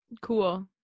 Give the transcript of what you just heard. cool